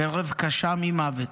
חרב קשה ממוות"